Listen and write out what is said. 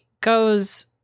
goes